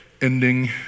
ending